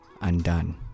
undone